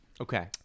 Okay